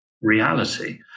reality